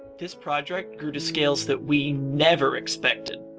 this project grew to scales that we never expected.